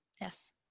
Yes